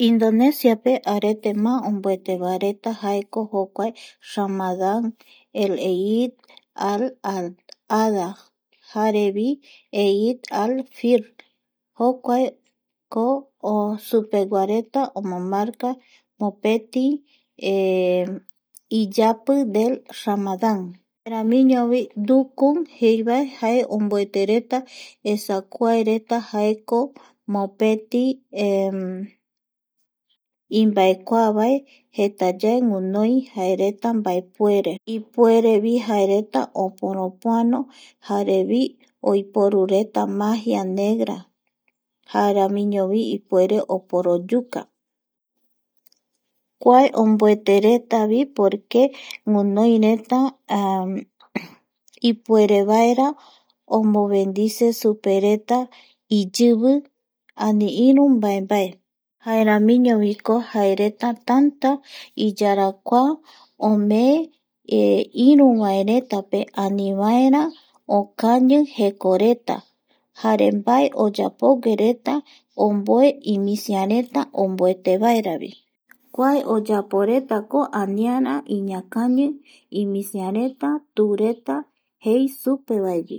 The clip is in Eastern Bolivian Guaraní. Indonesia pe arete má omboetevaereta jaeko jokuae Ramadañl. elhlei Alhaada jarevi eli alefir jokuako supeguareta omomarca mopeti iyapi del ramadam kaeramiñovi tukun jeivae omboetereta esakuareta jaeko mopeti imbaekuavae jrtayae jaereta ipuerevioipuru reta jaereta jaeramioke oporopoano jarevi oiporureta magia negra jaeramiñovo ipuere oporoyuca kua omboeteretavi porqué guinoireta ipuerevaera iyivi ani iru oporoyuca kua omboeterea poo jaeramiñoviko jaereta tanta iyarakua omeyee iru vaereta pe anivaera okañi jendareta jare mbae oyapovaereta omboi imisireta omboetevaeravi kua oyaporetako aniara iñakañi imisireta tureta jei supe vaegui